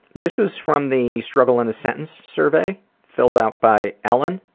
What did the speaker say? this is from the struggle in a sentence survey, filled out by ellen.